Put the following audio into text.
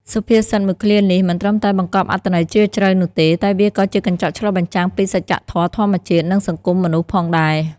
សុភាសិតមួយឃ្លានេះមិនត្រឹមតែបង្កប់អត្ថន័យជ្រាលជ្រៅនោះទេ តែវាក៏ជាកញ្ចក់ឆ្លុះបញ្ចាំងពីសច្ចធម៌ធម្មជាតិ និងសង្គមមនុស្សផងដែរ។